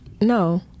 No